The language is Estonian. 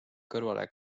kõrvale